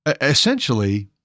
Essentially